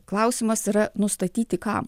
klausimas yra nustatyti kam